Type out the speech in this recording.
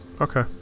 okay